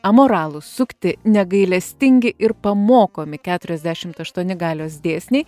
amoralūs sukti negailestingi ir pamokomi keturiasdešimt aštuoni galios dėsniai